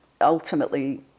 ultimately